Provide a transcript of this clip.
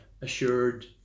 assured